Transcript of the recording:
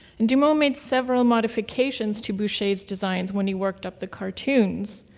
and dumons made several modifications to boucher's designs when he worked up the cartoons.